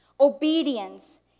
Obedience